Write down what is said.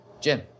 Jim